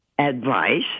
advice